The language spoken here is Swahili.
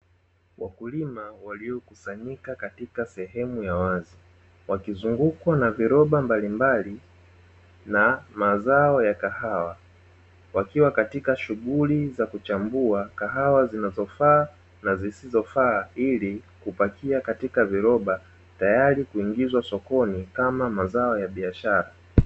Wakulima waliokusanyika katika sehemu ya wazi, wakizungukwa na viroba mbalimbali na mazao ya kahawa, wakiwa katika shughuli za kuchambua kahawa zinazofaa na zisizofaa, ili kupakia katika viroba tayari kuingizwa sokoni kama mazao ya biashara.